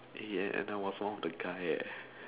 ya and I was one of the guy eh